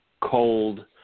cold